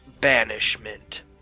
banishment